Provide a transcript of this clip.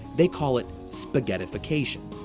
they call it spaghettification.